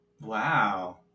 wow